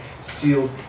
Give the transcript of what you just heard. sealed